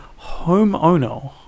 homeowner